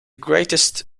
greatest